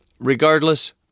Regardless